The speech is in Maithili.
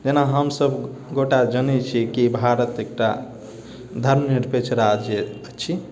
जेना हमसब गोटा जनै छी कि भारत एकटा धर्मनिरपेक्ष राज्य छी